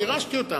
גירשתי אותם.